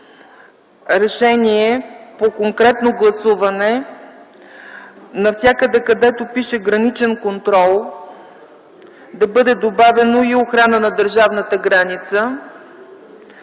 решение по конкретно гласуване - навсякъде, където пише „граничен контрол”, да бъде добавено „и охрана на държавната граница”,